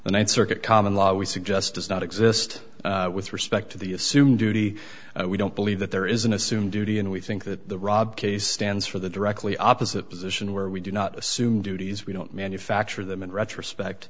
the ninth circuit common law we suggest does not exist with respect to the assumed duty we don't believe that there is an assumed duty and we think that the robb case stands for the directly opposite position where we do not assume duties we don't manufacture them in retrospect